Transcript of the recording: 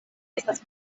estas